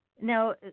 Now